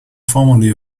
formerly